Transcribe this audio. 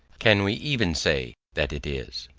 can we even say that it is?